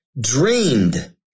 dreamed